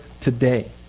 today